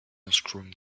unscrewing